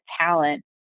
talent